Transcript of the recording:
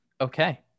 Okay